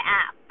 app